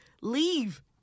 leave